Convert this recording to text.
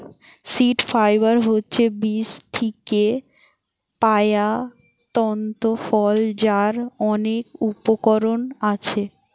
seed fibre হচ্ছে বীজ থিকে পায়া তন্তু ফল যার অনেক উপকরণ আছে